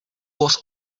was